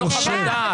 זה לא חוות דעת.